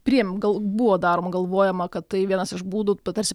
priimti gal buvo daroma galvojama kad tai vienas iš būdų bet tarsi